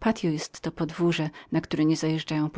patys jestto podwórze na które nie zajeżdżają